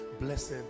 blessed